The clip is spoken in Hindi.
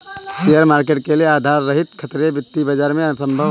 शेयर मार्केट के लिये आधार रहित खतरे वित्तीय बाजार में असम्भव हैं